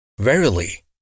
Verily